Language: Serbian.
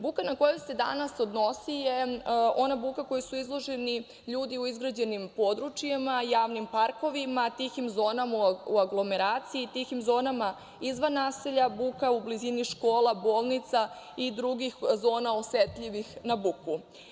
Buka na koju se danas odnosi je ona buka kojoj su izloženi ljudi u izgrađenim područjima, javnim parkovima, tihim zonama u aglomeraciji, tihim zonama izvan naselja, buka u blizini škola, bolnica i drugih zona osetljivih na buku.